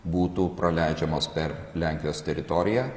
būtų praleidžiamos per lenkijos teritoriją